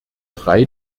drei